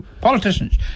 politicians